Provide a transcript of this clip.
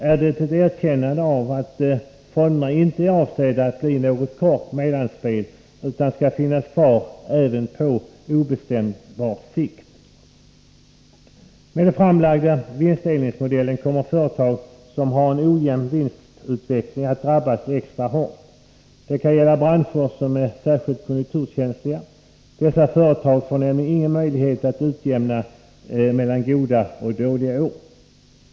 Är det ett erkännande att fonderna inte är avsedda att bli något kort mellanspel utan skall finnas kvar även på en obestämbar ”sikt”? Med den föreslagna vinstdelningsmodellen kommer företag som har en ojämn vinstutveckling att drabbas extra hårt. Detta kan gälla branscher som är särskilt konjunkturkänsliga. Dessa företag får nämligen ingen möjlighet att utjämna mellan goda och dåliga år.